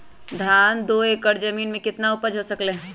धान दो एकर जमीन में कितना उपज हो सकलेय ह?